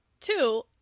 Two